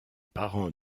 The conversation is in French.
parents